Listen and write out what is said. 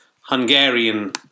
Hungarian